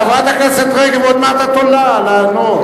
חברת הכנסת רגב, עוד מעט את עולה לענות.